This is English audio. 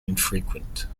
infrequent